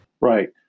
Right